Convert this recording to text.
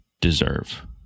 deserve